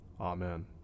Amen